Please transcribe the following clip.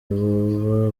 boba